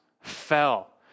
fell